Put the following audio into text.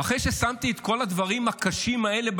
ואחרי ששמתי בצד את כל הדברים הקשים האלה,